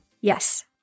Yes